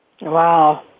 Wow